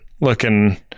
looking